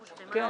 גמור.